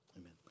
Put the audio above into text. Amen